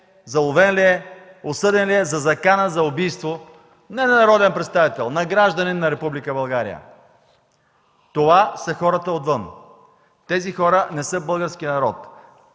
заловен ли е, осъден ли е за закана за убийство не на народен представител, на гражданин на Република България? Това са хората отвън. Тези хора не са българският народ.